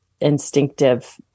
instinctive